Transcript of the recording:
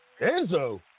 Enzo